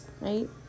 right